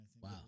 Wow